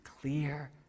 clear